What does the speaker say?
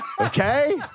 Okay